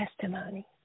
testimony